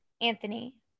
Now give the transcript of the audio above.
Anthony